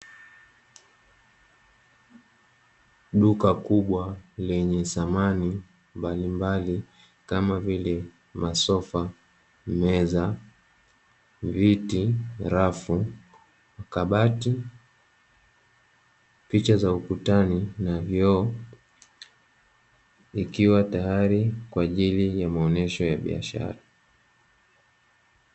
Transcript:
Duka kubwa lenye samani mbalimbali kama vile masofa, meza, viti, rafu, kabati, picha za ukutani na vioo ikiwa tayari kwa ajili ya maonyesho ya biashara.